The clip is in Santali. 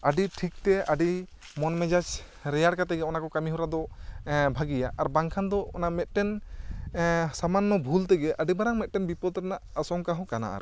ᱟᱹᱰᱤ ᱴᱷᱤᱠ ᱛᱮ ᱟᱹᱰᱤ ᱢᱚᱱ ᱢᱮᱡᱟᱡᱽ ᱨᱮᱭᱟᱲ ᱠᱟᱛᱮ ᱜᱮ ᱚᱱᱟ ᱠᱚ ᱠᱟᱹᱢᱤ ᱦᱚᱨᱟ ᱫᱚ ᱵᱷᱟᱹᱜᱤᱭᱟ ᱟᱨ ᱵᱟᱝᱠᱷᱟᱱ ᱫᱚ ᱚᱱᱟ ᱢᱤᱫᱴᱮᱱ ᱥᱟᱢᱟᱱᱚ ᱵᱷᱩᱞ ᱛᱮᱜᱮ ᱟᱹᱰᱤ ᱢᱟᱨᱟᱝ ᱢᱤᱫᱴᱮᱱ ᱵᱤᱯᱚᱫ ᱨᱮᱱᱟᱜ ᱟᱥᱚᱝᱠᱟ ᱦᱚᱸ ᱠᱟᱱᱟ ᱟᱨᱠᱤ